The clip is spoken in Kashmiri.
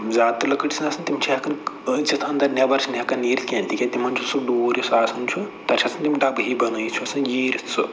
زیادٕ تہِ لۅکٔٹۍ چھِنہٕ آسان تِم چھِ ہٮ۪کان أژِتھ اَنٛدر نٮ۪بر چھِنہٕ ہٮ۪کان نیٖرِتھ کیٚنٛہہ تِکیٛازِ تِمَن چھُ سُہ ڈوٗر یُس آسان چھُ تَتہِ چھِ آسان تَم ڈَبہٕ ہِوۍ بَنٲوِتھ سُہ چھُ آسان ییٖرِتھ سُہ